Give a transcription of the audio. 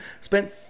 spent